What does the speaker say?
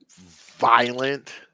violent –